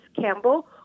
Campbell